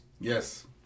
Yes